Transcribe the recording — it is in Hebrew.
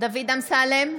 דוד אמסלם,